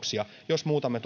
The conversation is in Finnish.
ja